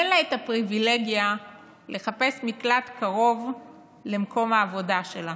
אין לה את הפריבילגיה לחפש מקלט קרוב למקום העבודה שלה,